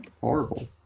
horrible